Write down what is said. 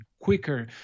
quicker